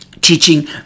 teaching